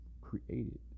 created